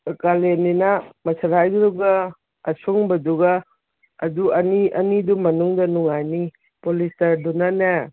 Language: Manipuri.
ꯀꯥꯂꯦꯟꯅꯤꯅ ꯃꯁꯥꯂꯥꯏꯗꯨꯒ ꯑꯁꯨꯡꯕꯗꯨꯒ ꯑꯗꯨ ꯑꯅꯤ ꯑꯅꯤꯗꯨ ꯃꯅꯨꯡꯗ ꯅꯨꯡꯉꯥꯏꯅꯤ ꯄꯣꯂꯤꯁꯇꯔꯗꯨꯅꯅꯦ